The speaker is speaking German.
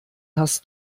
hast